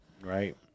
right